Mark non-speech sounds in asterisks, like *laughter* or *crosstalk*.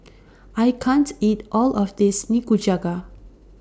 *noise* I can't eat All of This Nikujaga